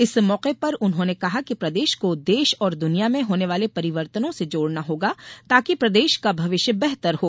इस मौके पर उन्होंने कहा कि प्रदेश को देश और दुनिया में होने वाले परिवर्तनों से जोड़ना होगा ताकि प्रदेश का भविष्य बेहतर हो